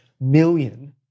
million